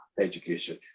education